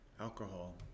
Alcohol